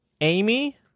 Amy